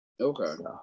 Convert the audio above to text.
Okay